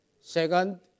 second